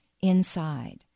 inside